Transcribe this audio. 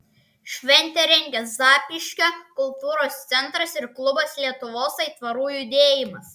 šventę rengia zapyškio kultūros centras ir klubas lietuvos aitvarų judėjimas